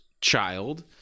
child